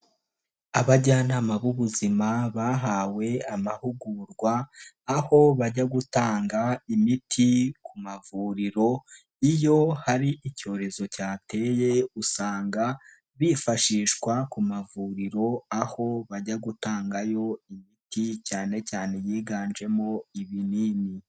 Abajyanama b'ubuzima bahawe amahugurwa, aho bajya gutanga imiti ku mavuriro. Iyo hari icyorezo cyateye usanga bifashishwa ku mavuriro aho bajya gutangayo imiti cyane cyane biganjemo ibinini.